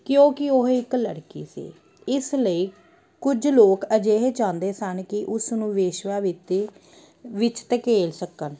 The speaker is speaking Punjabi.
ਕਿਉਂਕਿ ਉਹ ਇੱਕ ਲੜਕੀ ਸੀ ਇਸ ਲਈ ਕੁਝ ਲੋਕ ਅਜਿਹਾ ਚਾਉਂਦੇ ਸਨ ਕਿ ਉਸ ਨੂੰ ਵੇਸ਼ਵਾ ਵਿੱਤੀ ਵਿੱਚ ਧਕੇਲ ਸਕਣ